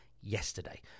yesterday